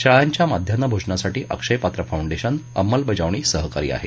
शाळांच्या माध्यान्ह भोजनासाठी अक्षय पात्र फाऊंडेशन अंमलबजावणी सहकारी आहेत